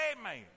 Amen